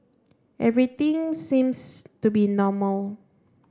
everything seems to be normal